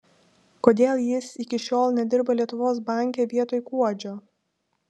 kodėl jis iki šiol nedirba lietuvos banke vietoj kuodžio